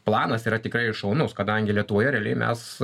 planas yra tikrai šaunus kadangi lietuvoje realiai mes